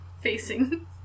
facing